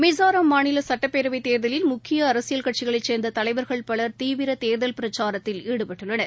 மிசோரம் மாநில சுட்டப்பேரவை தேர்தலில் முக்கிய அரசியில் கட்சிகளை சேர்ந்த தலைவர்கள் பலர் தீவிர தேர்தல் பிரச்சாரத்தில் ஈடுபட்டுள்ளனர்